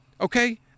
Okay